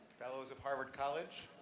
fellows of harvard college,